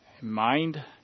mind